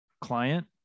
client